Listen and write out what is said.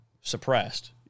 suppressed